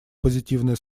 позитивное